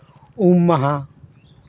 ᱩᱢ ᱢᱟᱦᱟ